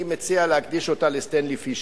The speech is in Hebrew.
אני מציע להקדיש אותה לסטנלי פישר.